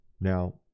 Now